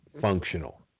functional